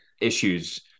issues